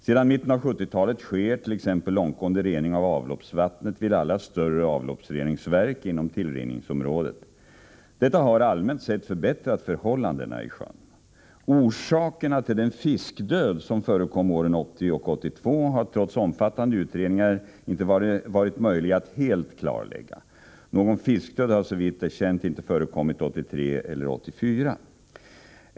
Sedan mitten av 1970-talet sker t.ex. långtgående rening av avloppsvattnet vid alla större avloppsreningsverk inom tillrinningsområdet. Detta har, allmänt sett, förbättrat förhållandena i sjön. Orsakerna till den fiskdöd som förekom åren 1980 och 1982 har trots omfattande utredningar inte varit möjliga att helt klarlägga. Någon fiskdöd har såvitt är känt inte förekommit 1983 eller 1984.